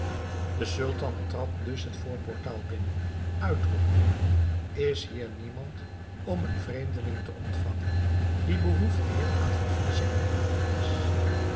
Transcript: de sultan trad dus het voorportaal binnen uitroepende is hier niemand om een vreemdeling te ontvangen die behoefte heeft aan verfrissching en lafenis